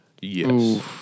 Yes